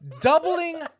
Doubling